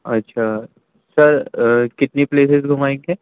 اچھا سر کتنی پلیسز گھمائیں گے